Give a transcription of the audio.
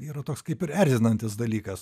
yra toks kaip ir erzinantis dalykas